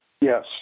Yes